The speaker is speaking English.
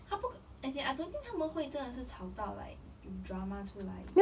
她不 as in I don't think 他们会真的是吵到 like drama 出来